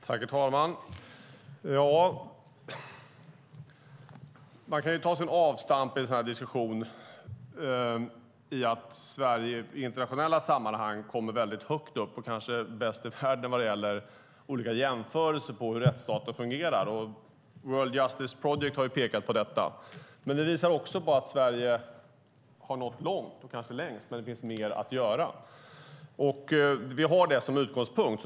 Herr talman! Man kan i en sådan här diskussion ta avstamp i att Sverige i internationella sammanhang kommer mycket högt upp och kanske är bäst i världen när det gäller olika jämförelser av hur rättsstaten fungerar. The World Justice Project har pekat på detta. Det visar också att Sverige har nått långt och kanske längst men att det finns mer att göra. Vi har det som utgångspunkt.